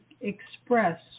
express